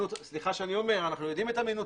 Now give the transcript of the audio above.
סליחה אני אומר אבל אנחנו יודעים את אמינות